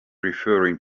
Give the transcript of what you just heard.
referring